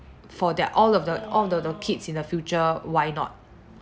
for their all of the all the the kids in the future why not